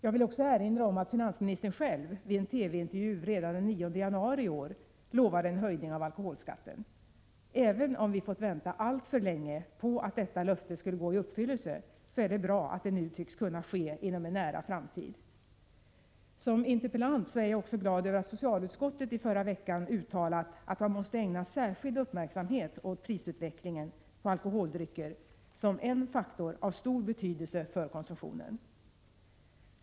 Jag vill också erinra om att finansministern själv i en TV-intervju redan den 9 januari i år lovade en höjning av alkoholskatten. Även om vi fått vänta alltför länge på att detta löfte skulle gå i uppfyllelse är det bra att det nu tycks kunna ske inom en nära framtid. Som interpellant är jag också glad över att socialutskottet i förra veckan uttalade att man måste ägna särskild uppmärksamhet åt prisutvecklingen på alkoholdrycker som en faktor av stor betydelse för konsumtionen.